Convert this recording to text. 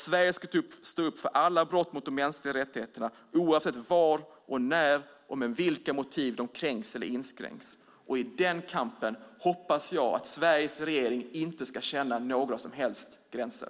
Sverige ska stå upp och bekämpa alla brott mot de mänskliga rättigheterna, oavsett var, när och med vilka motiv de kränks eller inskränks. I den kampen hoppas jag att Sveriges regering inte ska känna några som helst gränser.